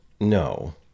No